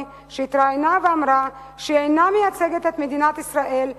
שהתראיינה ואמרה שאינה מייצגת את מדינת ישראל,